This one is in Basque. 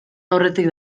aurretik